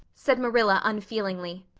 said marilla unfeelingly.